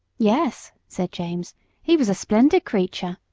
yes, said james he was a splendid creature,